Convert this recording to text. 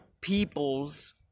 people's